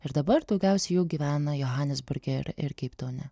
ir dabar daugiausiai jų gyvena johanesburge ir ir keiptaune